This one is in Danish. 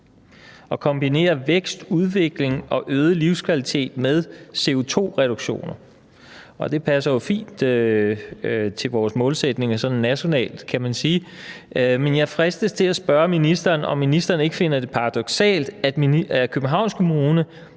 og kombinere vækst, udvikling og øget livskvalitet med CO2-reduktioner, hvilket jo passer fint til vores nationale målsætninger, kan man sige. Men jeg fristes til at spørge ministeren, om ministeren ikke finder det paradoksalt, at Københavns Kommune